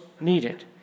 needed